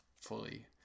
fully